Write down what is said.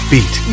Beat